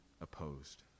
opposed